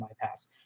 bypass